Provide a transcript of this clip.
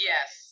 Yes